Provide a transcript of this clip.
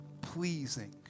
pleasing